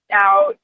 now